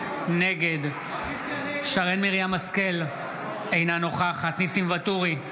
נגד שרן מרים השכל, אינה נוכחת ניסים ואטורי,